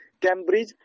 Cambridge